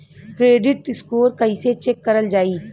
Credit score कइसे check करल जायी?